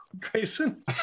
Grayson